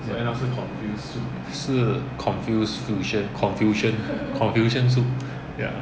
是 confused fusion confusion confusion soup ya